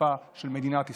האכיפה של מדינת ישראל.